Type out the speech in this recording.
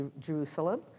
Jerusalem